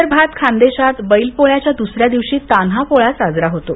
विदर्भात खान्देशात बैलपोळ्याच्या दुसर्याव दिवशी तान्हापोळा साजरा होतो